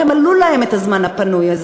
איך ימלאו להם את הזמן הפנוי?